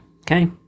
okay